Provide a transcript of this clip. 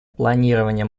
планирования